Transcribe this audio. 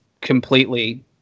completely